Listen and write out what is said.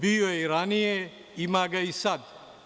Bio je i ranije, ima ga i sad.